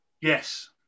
Yes